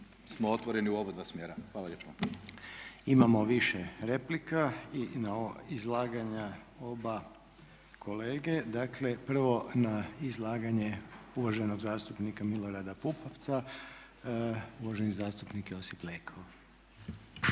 smo otvoreni u oba dva smjera. Hvala lijepo. **Reiner, Željko (HDZ)** Imamo više replika na izlaganja oba kolege. Dakle prvo na izlaganje uvaženog zastupnika Milorada Pupovca, uvaženi zastupnik Josip Leko.